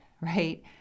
right